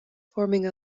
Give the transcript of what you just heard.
forming